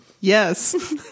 Yes